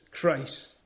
Christ